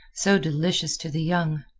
so delicious to the young.